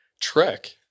trek